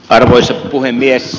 arvoisa puhemies